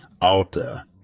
Alta